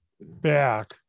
back